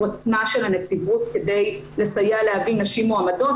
עצמה של הנציבות כדי לסייע להביא נשים מועמדות,